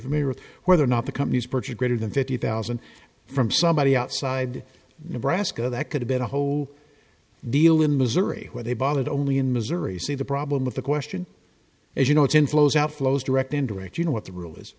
familiar with whether or not the company's purchase greater than fifty thousand from somebody outside nebraska that could have been a whole deal in missouri where they bought it only in missouri say the problem with the question is you know it's inflows outflows direct indirect you know what the rule is